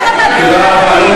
תודה רבה.